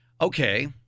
Okay